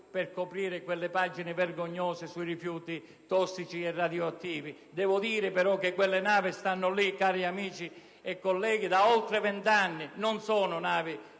per coprire le pagine vergognose sui rifiuti tossici e radioattivi. Devo pur dire però che quelle navi stanno là, cari amici e colleghi, da oltre vent'anni; non sono state